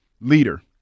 leader